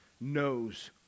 knows